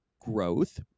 growth